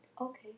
okay